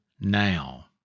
now